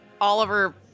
Oliver